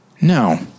No